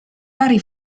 vari